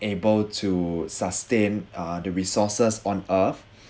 able to sustain uh the resources on earth